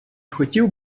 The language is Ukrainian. хотів